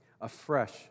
afresh